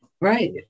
Right